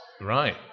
Right